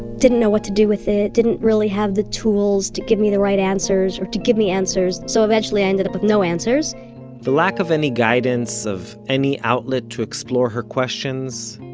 didn't know what to do with it, didn't really have the tools to give me the right answers, or to give me answers. so eventually i ended up with no answers the lack of any guidance, of any outlet to explore her questions,